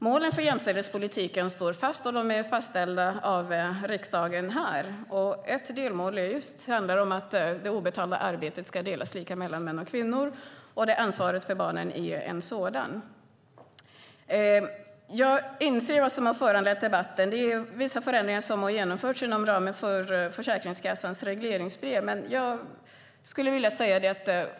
Målen för jämställdhetspolitiken är fastställda av riksdagen och står fast. Ett delmål handlar om att det obetalda arbetet ska delas lika mellan män och kvinnor. Ansvaret för barnen ingår här. Det som har föranlett debatten är vissa förändringar som har genomförts i Försäkringskassans regleringsbrev.